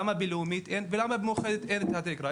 למה בלאומית אין ולמה במאוחדת אין את התקרה?